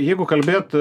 jeigu kalbėt